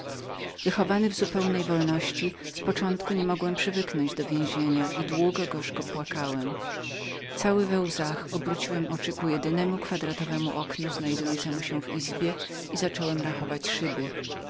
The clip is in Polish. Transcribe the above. wychowany w zupełnej wolności z początku nie mogłem przywyknąć do więzienia i długo gorzko płakałem cały we łzach obróciłem oczy ku jednemu kwadratowemu oknu znajdującemu się w izbie i zacząłem rachować